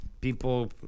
People